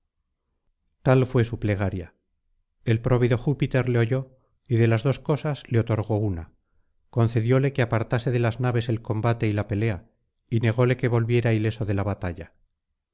tal fué su plegaria el próvido júpiter le oyó y de las dos cosas le otorgó una concedióle que apartase de las naves el combate y la pelea y nególe que volviera ileso de la batalla